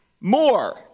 more